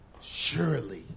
surely